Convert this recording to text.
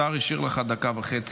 השר השאיר לך דקה וחצי,